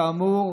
כאמור,